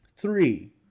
Three